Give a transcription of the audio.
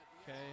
Okay